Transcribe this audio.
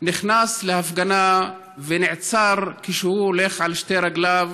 נכנס להפגנה ונעצר כשהוא הולך על שתי רגליו,